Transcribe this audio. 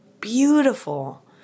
beautiful